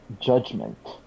Judgment